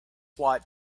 watt